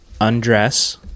undress